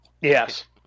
Yes